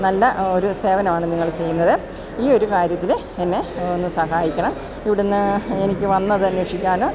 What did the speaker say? നല്ല ഒരു സേവനമാണ് നിങ്ങള് ചെയ്യുന്നത് ഈയൊരു കാര്യത്തില് എന്നെ ഒന്ന് സഹായിക്കണം ഇവിടുന്ന് എനിക്ക് വന്നത് അന്വേഷിക്കാനോ